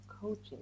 coaching